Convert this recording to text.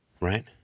right